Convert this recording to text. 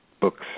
books